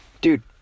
dude